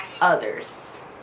others